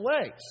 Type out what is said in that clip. ways